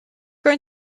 going